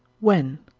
when.